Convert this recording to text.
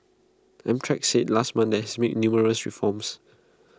amtrak said last month that IT had made numerous reforms